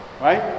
right